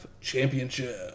Championship